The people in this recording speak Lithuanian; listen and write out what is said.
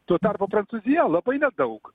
tuo tarpu prancūzija labai nedaug